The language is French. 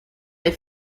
les